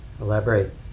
elaborate